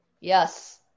yes